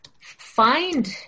find